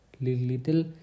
little